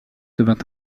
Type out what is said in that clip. devint